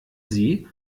sie